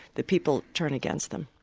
the people turn against them.